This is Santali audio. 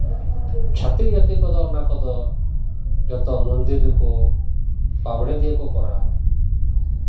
ᱪᱷᱟᱹᱛᱤᱠ ᱡᱟᱹᱛᱤ ᱠᱚᱫᱚ ᱚᱱᱟ ᱠᱚᱫᱚ ᱡᱚᱛᱚ ᱢᱚᱱᱫᱤᱨ ᱨᱮᱠᱚ ᱵᱟᱢᱲᱮ ᱫᱤᱭᱮ ᱠᱚ ᱠᱚᱨᱟᱣᱟ